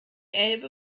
elbe